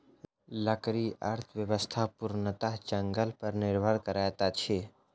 लकड़ी अर्थव्यवस्था पूर्णतः जंगल पर निर्भर करैत अछि